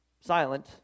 silent